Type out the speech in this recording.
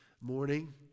morning